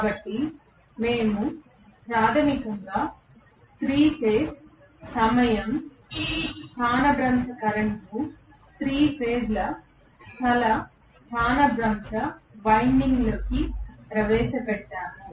కాబట్టి మేము ప్రాథమికంగా 3 ఫేజ్ల సమయం స్థానభ్రంశం కరెంట్ను 3 ఫేజ్ ల స్థల స్థానభ్రంశ వైండింగ్లోకి ప్రవేశపెట్టాము